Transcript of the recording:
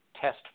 test